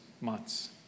months